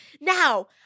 Now